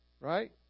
Right